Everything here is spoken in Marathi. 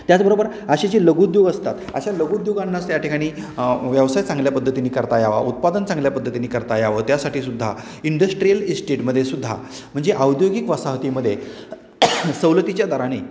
त्याचबरोबर असे जे लघुउद्योग असतात अशा लघुउद्योगांना त्या ठिकाणी व्यवसाय चांगल्या पद्धतीने करता यावा उत्पादन चांगल्या पद्धतीनी करता यावं त्यासाठी सुद्धा इंडस्ट्रियल इस्टेटमध्ये सुद्धा म्हणजे औद्योगिक वासाहतीमध्ये सवलतीच्या दराने